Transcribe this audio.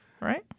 right